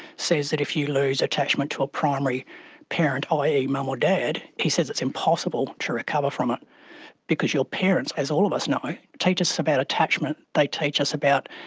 says that if you lose attachment to a primary parent, i. e. mum or dad, he says it's impossible to recover from it because your parents, as all of us know, teach us about attachment. they teach us about,